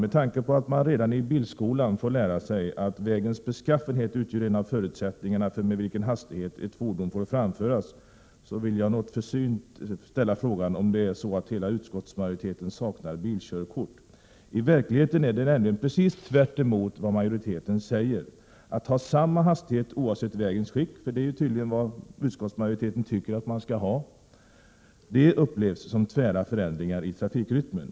Med tanke på att man redan i bilskolan får lära sig att vägens beskaffenhet utgör en av förutsättningarna för med vilken hastighet ett fordon får framföras vill jag något försynt ställa frågan om det är så att hela utskottsmajoriteten saknar bilkörkort. I verkligheten är det nämligen precis tvärt emot vad majoriteten säger. Att ha samma hastighet oavsett vägens skick, för det är ju tydligen vad utskottsmajoriteten tycker att man skall ha, upplevs som tvära förändringar i trafikrytmen.